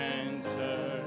answer